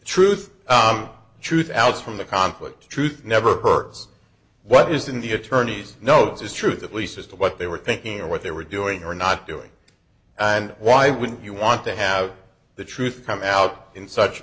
truth truth alex from the conflict truth never hurts what is in the attorney's notes is truth at least as to what they were thinking or what they were doing or not doing and why wouldn't you want to have the truth come out in such